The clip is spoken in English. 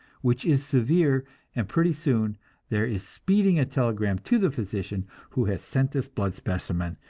which is severe and pretty soon there is speeding a telegram to the physician who has sent this blood specimen,